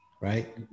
Right